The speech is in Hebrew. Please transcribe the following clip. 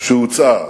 שהוצעה אז?